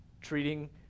treating